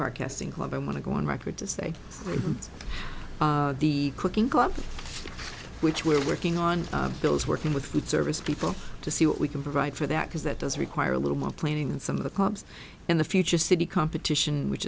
single i want to go on record to say the cooking club which we're working on those working with food service people to see what we can provide for that because that does require a little more planning and some of the clubs in the future city competition which